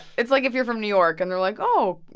it's like if you're from new york and they're like, oh,